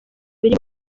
biri